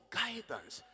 guidance